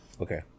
Okay